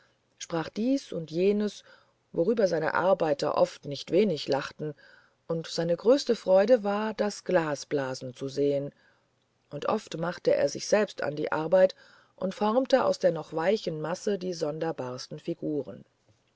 sprach dies und jenes worüber seine arbeiter oft nicht wenig lachten und seine größte freude war das glas blasen zu sehen und oft machte er sich selbst an die arbeit und formte aus der noch weichen masse die sonderbarsten figuren